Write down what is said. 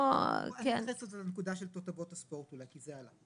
ט"ז באייר התשפ"ב, 17 במאי 2022